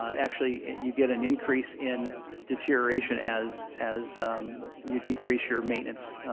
actually you get and increase in deterioration as as you decrease your maintenance